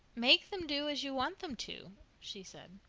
make them do as you want them to, she said.